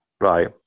right